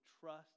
trust